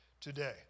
today